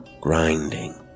grinding